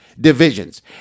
divisions